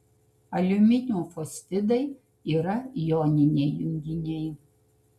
aliuminio fosfidai yra joniniai junginiai